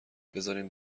بذارین